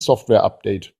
softwareupdate